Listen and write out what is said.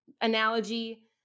analogy